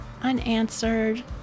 unanswered